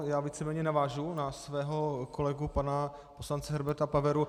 Já víceméně navážu na svého kolegu pana poslance Herberta Paveru.